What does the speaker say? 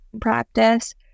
practice